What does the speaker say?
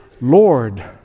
Lord